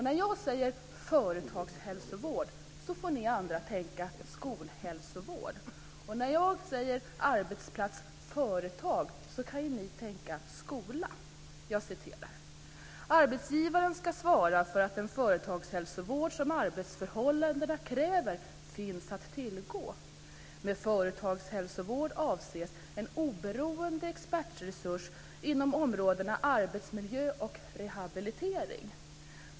När jag säger företagshälsovård får ni andra tänka på skolhälsovård, och när jag läser om företag som arbetsplats kan ni tänka på skola. Arbetsgivaren ska svara för att den företagshälsovård som arbetsförhållandena kräver finns att tillgå. Med företagshälsovård avses en oberoende expertresurs inom områdena arbetsmiljö och rehabilitering.